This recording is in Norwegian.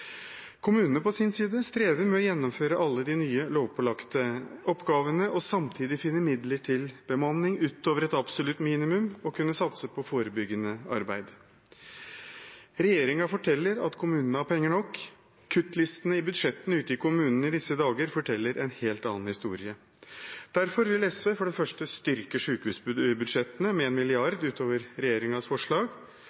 Kommunene på sin side strever med å gjennomføre alle de nye lovpålagte oppgavene og samtidig finne midler til bemanning utover et absolutt minimum og kunne satse på forebyggende arbeid. Regjeringen forteller at kommunene har penger nok, kuttlistene i budsjettene ute i kommunene i disse dager forteller en helt annen historie. Derfor vil SV for det første styrke sykehusbudsjettene med